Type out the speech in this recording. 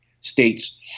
states